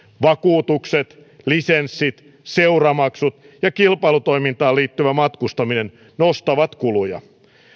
vakuutukset lisenssit seuramaksut ja kilpailutoimintaan liittyvä matkustaminen nostavat kuluja